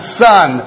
son